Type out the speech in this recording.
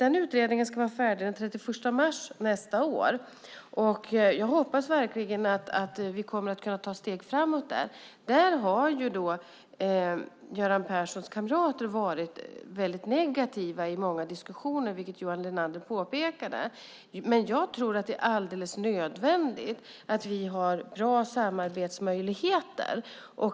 Den utredningen ska vara färdig den 31 mars nästa år. Jag hoppas verkligen att vi kommer att kunna ta steg framåt. Göran Perssons kamrater har ju varit negativa i många diskussioner, vilket Johan Linander också påpekade. Jag tror att det är alldeles nödvändigt att vi har bra samarbetsmöjligheter.